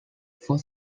for